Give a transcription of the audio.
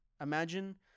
Imagine